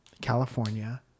California